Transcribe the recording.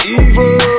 evil